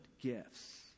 gifts